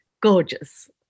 Gorgeous